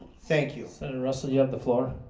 thank you and russell you have the floor